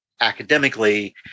academically